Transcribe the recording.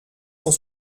cent